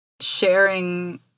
sharing